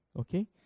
okay